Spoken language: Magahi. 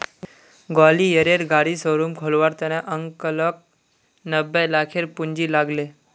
ग्वालियरेर गाड़ी शोरूम खोलवार त न अंकलक नब्बे लाखेर पूंजी लाग ले